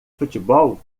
futebol